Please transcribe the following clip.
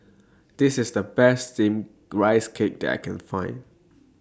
This IS The Best Steamed Rice Cake that I Can Find